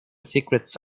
secrets